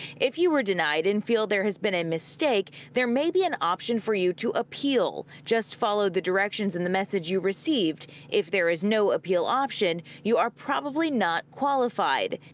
if you were denied and feel there has been a mistake, there may be an option for you to appeal. just follow the directions and the message you received if there is no appeal option, you are probably not qualified.